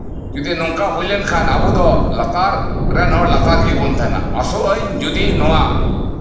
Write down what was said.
ᱡᱚᱫᱤ ᱱᱚᱝᱠᱟ ᱦᱩᱭ ᱞᱮᱱᱠᱷᱟᱱ ᱟᱵᱚ ᱫᱚ ᱞᱟᱛᱟᱨ ᱨᱮᱱ ᱦᱚᱲ ᱞᱟᱛᱟᱨ ᱨᱮᱜᱮ ᱵᱚᱱ ᱛᱟᱸᱦᱮᱱᱟ ᱟᱥᱚᱜ ᱟᱹᱧ ᱡᱚᱫᱤ ᱱᱚᱣᱟ